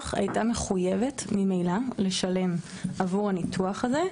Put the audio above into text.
הייתה מחויבת ממילא לשלם עבור הניתוח הזה,